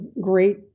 great